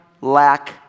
lack